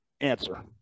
answer